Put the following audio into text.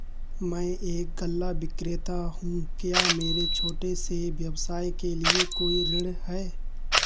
मैं एक गल्ला विक्रेता हूँ क्या मेरे छोटे से व्यवसाय के लिए कोई ऋण है?